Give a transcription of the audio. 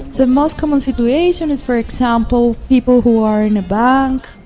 the most common situation is for example, people who are in a bank,